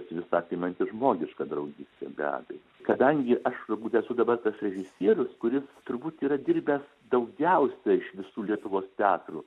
visa apimanti žmogiška draugystė be abejo kadangi aš galbūt esu dabar tas režisierius kuris turbūt yra dirbęs daugiausia iš visų lietuvos teatrų